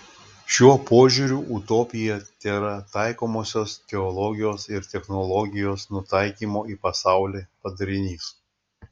šiuo požiūriu utopija tėra taikomosios teologijos ir technologijos nutaikymo į pasaulį padarinys